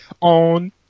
On